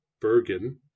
Bergen